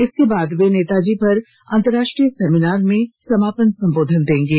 इसके बाद वे नेताजी पर अंतर्राष्ट्रीय सेमिनार में समापन संबोधन देंगे